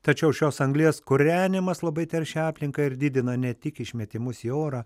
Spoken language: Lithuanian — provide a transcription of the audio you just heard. tačiau šios anglies kūrenimas labai teršia aplinką ir didina ne tik išmetimus į orą